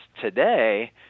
today